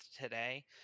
today